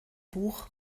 buch